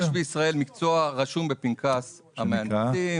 יש בישראל מקצוע, רשום בפנקס המהנדסים.